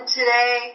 today